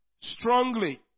strongly